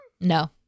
No